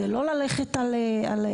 זה לא ללכת על המסילה,